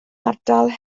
ardal